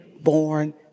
born